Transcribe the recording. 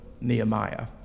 Nehemiah